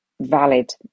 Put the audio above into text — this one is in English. valid